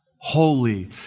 holy